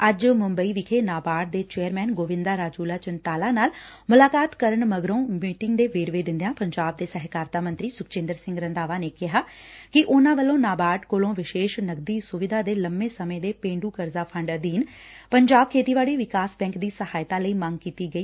ਅੱਜ ਮੁੰਬਈ ਵਿਖੇ ਨਾਬਾਰਡ ਦੇ ਚੇਅਰਮੈਨ ਗੋਵਿੰਦਾ ਰਾਜੂਲਾ ਚਿਂਤਾਲਾ ਨਾਲ ਮੁਲਾਕਾਤ ਕਰਨ ਉਪਰੰਤ ਮੀਟਿੰਗ ਦੇ ਵੇਰਵੇ ਦਿੰਦਿਆਂ ਪੰਜਾਬ ਦੇ ਸਹਿਕਾਰਤਾ ਮੰਤਰੀ ਸੁਖਜਿੰਦਰ ਸਿੰਘ ਰੰਧਾਵਾ ਨੇ ਕਿਹਾ ਕਿ ਉਨੂਾਂ ਵੱਲੋਂ ਨਾਬਾਰਡ ਕੋਲੋ ਵਿਸੇਸ਼ ਨਕਦੀ ਸੁਵਿਧਾ ਤੇ ਲੰਬੇ ਸਮੇਂ ਦੇ ਪੇਂਡੂ ਕਰਜ਼ਾ ਫੰਡ ਅਧੀਨ ਪੰਜਾਬ ਖੇਤੀਬਾੜੀ ਵਿਕਾਸ ਬੈਂਕ ਦੀ ਸਹਾਇਤਾ ਲਈ ਮੰਗ ਕੀਤੀ ਗਈ